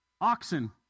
Oxen